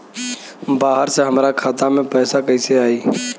बाहर से हमरा खाता में पैसा कैसे आई?